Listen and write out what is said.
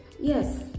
Yes